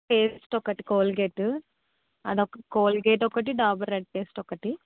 paste ఒకటి Colgate అదొక Colgate ఒకటి డాబర్ రెడ్ పేస్ట్ ఒకటి